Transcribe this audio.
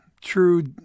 true